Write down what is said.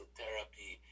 therapy